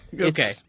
Okay